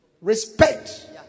Respect